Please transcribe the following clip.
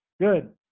Good